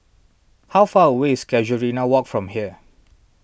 how far away is Casuarina Walk from here